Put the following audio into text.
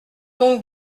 donc